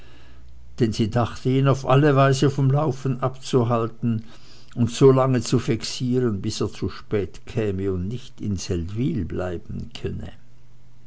denn sie dachte ihn auf all weise vom laufen abzuhalten und so lange zu vexieren bis er zu spät käme und nicht in seldwyl bleiben könne